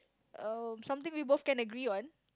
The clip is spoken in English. um something we both can agree on